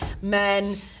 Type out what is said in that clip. men